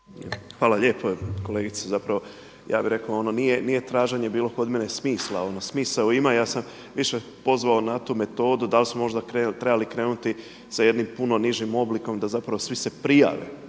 Hvala lijepo. Kolegica ja bih rekao ono nije traženje bilo kod mene smisla. Ono smisao ima. Ja sam više pozvao na tu metodu da li smo možda trebali krenuti sa jednim puno nižim oblikom da zapravo svi se prijave.